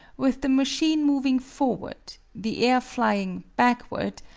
with the machine moving forward, the air flying backward,